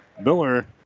Miller